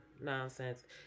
nonsense